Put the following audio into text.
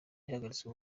yahagaritswe